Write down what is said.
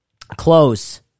Close